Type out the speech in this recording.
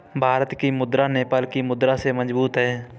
भारत की मुद्रा नेपाल की मुद्रा से मजबूत है